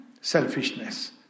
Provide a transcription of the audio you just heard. selfishness